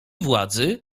władzy